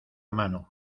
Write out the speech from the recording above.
mano